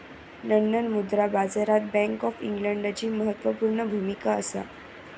London मुद्रा बाजारात bank of इंग्लंडची म्हत्त्वापूर्ण भुमिका असा